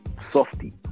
softy